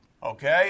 Okay